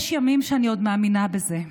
יש ימים שבהם אני עוד מאמינה בזה,